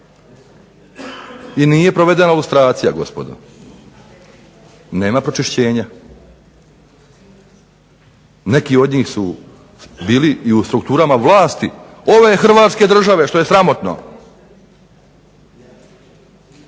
i nije provedena …/Ne razumije se./… gospodo, nema pročišćenja. Neki od njih su bili i u strukturama vlasti ove hrvatske države što je sramotno,